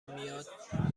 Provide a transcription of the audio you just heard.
میاد